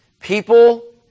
People